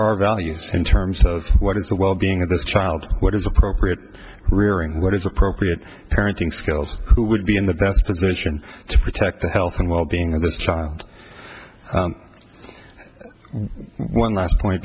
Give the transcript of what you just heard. our values in terms of what is the wellbeing of this child what is appropriate rearing what is appropriate parenting skills who would be in the best position to protect the health and wellbeing of this child and one last point